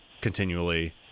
continually